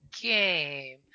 game